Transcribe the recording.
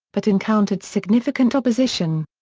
but encountered significant opposition.